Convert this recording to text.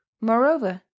Moreover